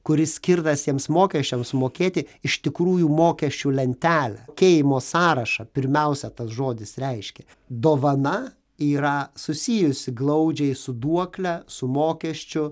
kuris skirtas tiems mokesčiams mokėti iš tikrųjų mokesčių lentelę mokėjimo sąrašą pirmiausia tas žodis reiškia dovana yra susijusi glaudžiai su duokle su mokesčiu